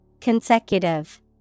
Consecutive